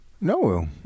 No